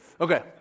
Okay